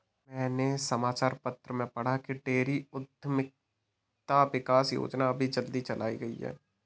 मैंने समाचार पत्र में पढ़ा की डेयरी उधमिता विकास योजना अभी जल्दी चलाई गई है